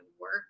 work